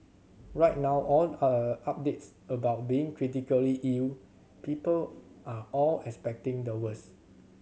right now all updates about being critically ill people are all expecting the worse